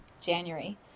January